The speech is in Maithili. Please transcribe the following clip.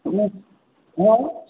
सुनैत हँ